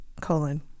colon